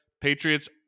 Patriots